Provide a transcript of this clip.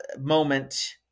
moment